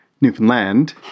Newfoundland